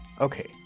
Okay